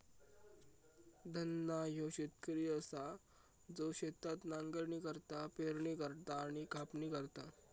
धन्ना ह्यो शेतकरी असा जो शेतात नांगरणी करता, पेरणी करता आणि कापणी करता